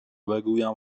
بگویم